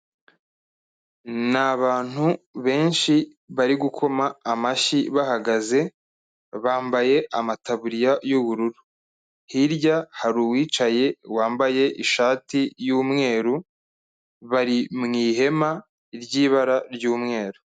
Ni abantu benshi bari gukoma amashyi bahagaze, bambaye amataburiya y'ubururu. Hirya hari uwicaye wambaye ishati y'umweru, bari mu ihema ry'ibara ry'umweru.